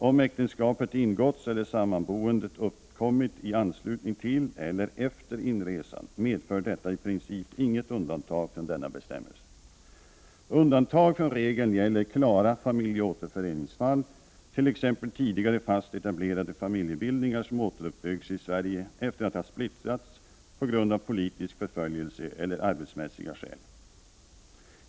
Om äktenskapet ingåtts eller sammanboendet uppkommit i anslutning till eller efter inresan medför detta i princip inget undantag från denna bestämmelse. Undantag från regeln gäller klara familjeåterföreningsfall, t.ex. tidigare fast etablerade familjebildningar som återuppbyggs i Sverige efter att ha splittrats på grund av politisk förföljelse eller av arbetsmässiga skäl.